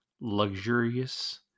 luxurious